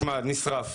מושמד, נשרף.